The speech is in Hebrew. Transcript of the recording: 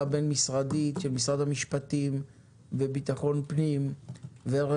בין-משרדית של משרד המשפטים והמשרד לביטחון פנים ומשרד